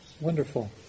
wonderful